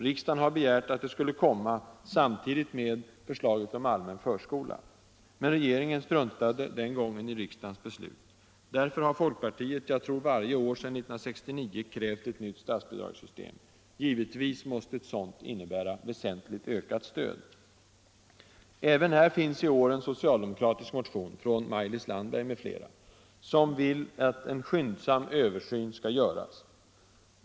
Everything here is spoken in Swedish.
Riksdagen har begärt att det skulle komma samtidigt med förslaget om allmän förskola. Men regeringen struntade den gången i riksdagens beslut. Därför har folkpartiet, jag tror varje år sedan 1969, krävt ett nytt statsbidragssystem. Givetvis måste ett sådant innebära väsentligt ökat stöd. Även här finns i år en socialdemokratisk motion, från Maj-Lis Landberg m.fl., som vill att en skyndsam översyn skall göras.